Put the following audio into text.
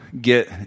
get